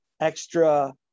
extra